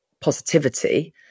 positivity